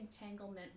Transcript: entanglement